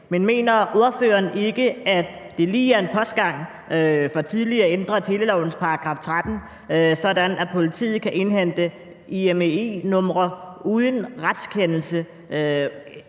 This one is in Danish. Men mener ordføreren ikke, at det lige er en postgang for tidligt at ændre telelovens § 13, sådan at politiet kan indhente IMEI-numre uden retskendelse?